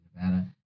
Nevada